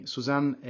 Suzanne